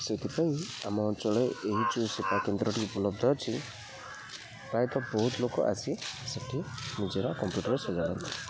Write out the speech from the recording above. ସେଥିପାଇଁ ଆମ ଅଞ୍ଚଳରେ ଏହି ଯୋଉ ସେବା କେନ୍ଦ୍ରଟି ଉପଲବ୍ଧ ଅଛି ପ୍ରାୟତଃ ବହୁତ ଲୋକ ଆସି ସେଠି ନିଜର କମ୍ପ୍ୟୁଟର୍ ସଜାଡ଼ନ୍ତି